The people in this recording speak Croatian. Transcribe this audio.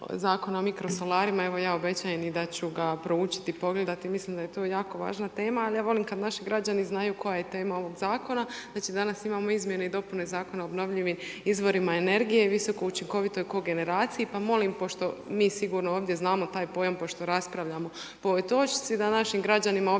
Zakona o mikrosolarima, evo ja obećajem i da ću ga proučiti i pogledati, mislim da je to jako važna tema, al ja volim kad naši građani znaju koja je tema ovog Zakona, znači danas imamo Izmjene i dopune Zakona o obnovljivim izvorima energije, visokoučinkovitoj kogeneraciji, pa molim pošto mi sigurno ovdje znamo taj pojam pošto raspravljamo po ovoj točci, da našim građanima objasnite